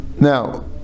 Now